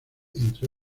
entre